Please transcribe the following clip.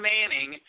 Manning